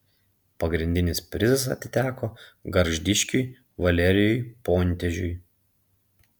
pagrindinis prizas atiteko gargždiškiui valerijui pontežiui